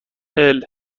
الروز